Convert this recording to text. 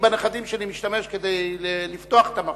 בנכדים שלי אני משתמש כדי לפתוח את המכשיר,